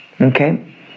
Okay